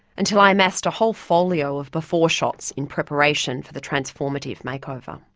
until i amassed a whole folio of before shots in preparation for the transformative makeover.